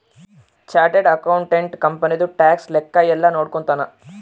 chartered accountant ಕಂಪನಿದು tax ಲೆಕ್ಕ ಯೆಲ್ಲ ನೋಡ್ಕೊತಾನ